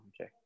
okay